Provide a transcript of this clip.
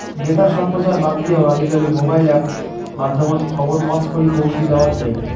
বেতার সম্প্রচার বাদ দিয়াও আজিকালি মোবাইল অ্যাপ মাধ্যমত খবর পছকরি পৌঁছি দ্যাওয়াৎ যাই